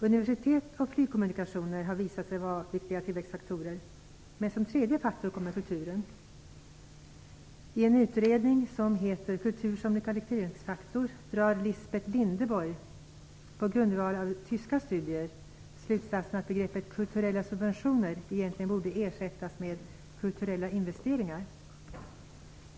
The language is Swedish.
Universitet och flygkommunikationer har visat sig vara viktiga tillväxtfaktorer, men som tredje faktor kommer kulturen. I en utredning som heter Kultur som lokaliseringsfaktor drar Lisbeth Lindeborg, på grundval av tyska studier, slutsatsen att begreppet "kulturella subventioner" egentligen borde ersättas med "kulturella investeringar".